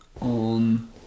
on